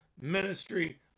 Ministry